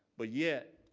but yet,